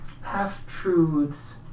Half-truths